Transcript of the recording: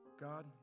God